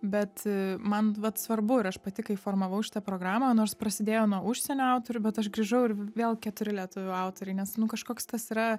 bet man vat svarbu ir aš pati kai formavau šitą programą nors prasidėjo nuo užsienio autorių bet aš grįžau ir vėl keturi lietuvių autoriai nes nu kažkoks tas yra